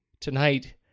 Tonight